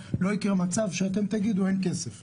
לא יקרה מצב שאתם תגידו אין כסף,